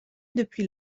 depuis